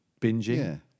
binging